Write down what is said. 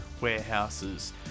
warehouses